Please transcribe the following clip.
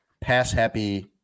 pass-happy